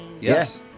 Yes